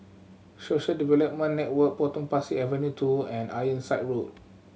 Social Development Network Potong Pasir Avenue Two and Ironside Road